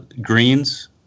greens